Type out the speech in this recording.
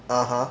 (uh huh)